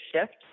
shift